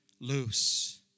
loose